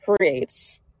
creates